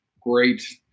great